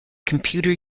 computer